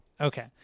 Okay